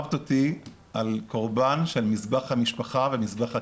שהקרבת אותי על קורבן של מזבח המשפחה ומזבח הקהילה'.